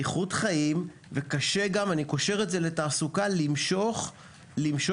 איכות חיים וקשה גם אני קושר את זה לתעסוקה- למשוך יזמים